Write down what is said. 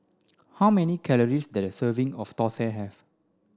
how many calories does a serving of Thosai have